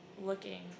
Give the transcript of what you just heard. looking